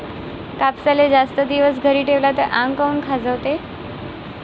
कापसाले जास्त दिवस घरी ठेवला त आंग काऊन खाजवते?